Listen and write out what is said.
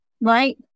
Right